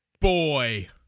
Boy